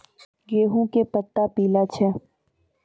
गेहूँ के पत्ता पीला छै?